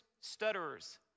stutterers